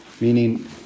Meaning